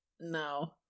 No